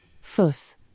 Fuss